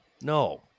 no